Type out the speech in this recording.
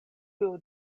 kiu